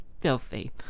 filthy